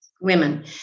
women